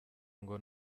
ngo